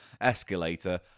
Escalator